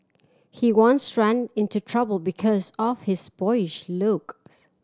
he once ran into trouble because of his boyish looks